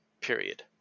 period